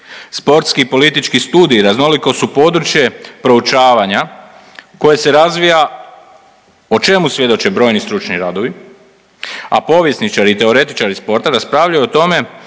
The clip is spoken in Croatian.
Sportski i politički studij raznoliko su područje proučavanja koje se razvija, o čemu svjedoče brojni stručni radovi, a povjesničari i teoretičari sporta raspravljaju o tome